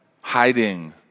hiding